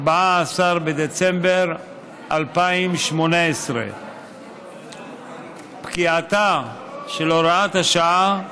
14 בדצמבר 2018. פקיעתה של הוראת השעה,